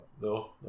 No